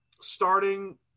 starting